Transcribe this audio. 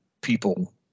people